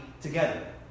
together